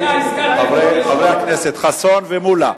חברי הכנסת חסון ומולה,